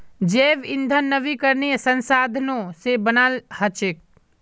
जैव ईंधन नवीकरणीय संसाधनों से बनाल हचेक